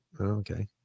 okay